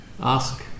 Ask